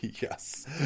yes